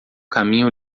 caminho